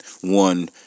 one